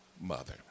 mother